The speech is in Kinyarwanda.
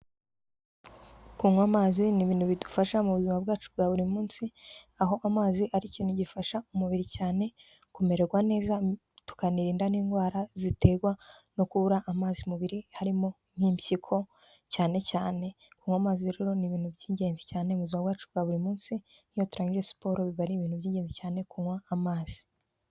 Kunywa amazi ni ibintu bidufasha mu buzima bwacu bwa buri munsi aho amazi ari ikintu gifasha umubiri cyane kumererwa neza tukanirinda n'indwara ziterwa no kubura amazi mu mubiri harimo nk'impyiko, cyane cyane kunywa amazi rero ni ibintu by'ingenzi cyane mu buzima bwacu bwa buri munsi, iyo turangije siporo biba ari ibintu by'ingenzi cyane kunywa amazi.